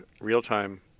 real-time